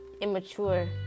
immature